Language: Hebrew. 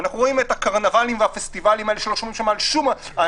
אנחנו רואים את הקרנבלים והפסטיבלים שלא שומרים שם על שום הנחיות,